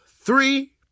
three